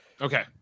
Okay